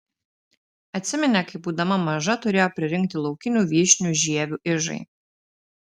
atsiminė kai būdama maža turėjo pririnkti laukinių vyšnių žievių ižai